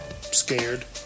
scared